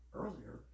earlier